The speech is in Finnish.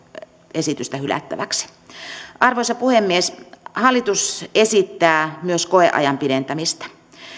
esitystä hylättäväksi arvoisa puhemies hallitus esittää myös koeajan pidentämistä